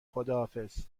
خداحافظ